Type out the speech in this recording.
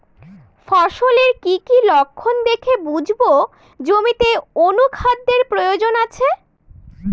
ফসলের কি কি লক্ষণ দেখে বুঝব জমিতে অনুখাদ্যের প্রয়োজন আছে?